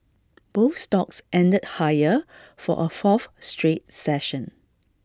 both stocks ended higher for A fourth straight session